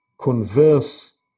converse